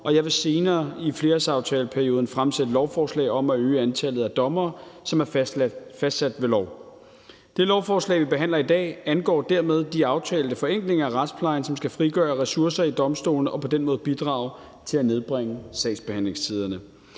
og jeg vil senere i flerårsaftaleperioden fremsætte lovforslag om at øge antallet af dommere, som er fastsat ved lov. Det lovforslag, vi behandler i dag, angår dermed de aftalte forenklinger af retsplejen, som skal frigøre ressourcer ved domstolene og på den måde bidrage til at nedbringe sagsbehandlingstiderne.